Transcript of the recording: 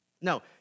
No